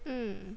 mm